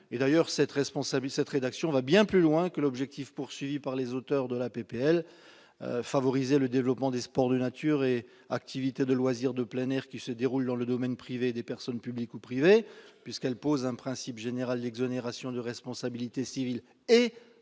Par ailleurs, cette rédaction va bien plus loin que l'objectif des auteurs de la proposition de loi- favoriser le développement des sports de nature et des activités de loisirs de plein air qui se déroulent dans le domaine privé des personnes publiques ou privées -, puisqu'elle pose un principe général d'exonération de responsabilité civile et administrative